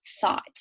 thought